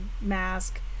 mask